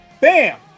bam